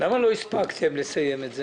למה לא הספקתם לסיים את זה?